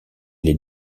les